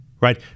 right